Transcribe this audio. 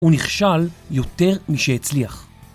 הוא נכשל יותר משהצליח.